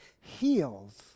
heals